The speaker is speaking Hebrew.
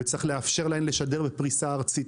וצריך לאפשר להן לשדר בפריסה ארצית.